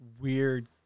weird